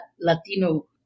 Latino